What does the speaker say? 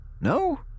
No